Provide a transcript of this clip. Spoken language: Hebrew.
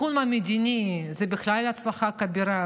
בתחום המדיני זו בכלל הצלחה כבירה.